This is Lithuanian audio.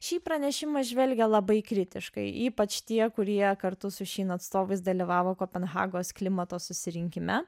šį pranešimą žvelgia labai kritiškai ypač tie kurie kartu su shein atstovais dalyvavo kopenhagos klimato susirinkime